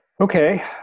Okay